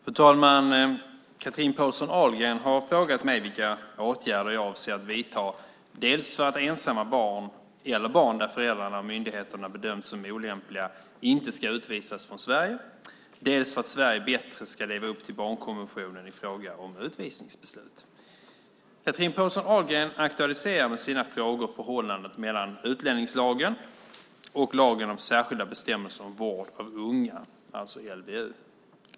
Fru talman! Chatrine Pålsson Ahlgren har frågat mig vilka åtgärder jag avser att vidta dels för att ensamma barn eller barn där föräldrarna av myndigheterna bedömts som olämpliga inte ska utvisas från Sverige, dels för att Sverige bättre ska leva upp till barnkonventionen i fråga om utvisningsbeslut. Chatrine Pålsson Ahlgren aktualiserar med sina frågor förhållandet mellan utlänningslagen och lagen om särskilda bestämmelser om vård av unga .